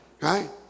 right